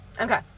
Okay